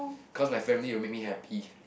cause my family will make me happy